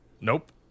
Nope